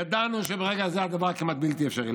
ידענו שברגע זה הדבר כמעט בלתי אפשרי,